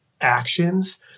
actions